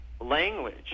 language